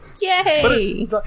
Yay